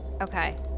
okay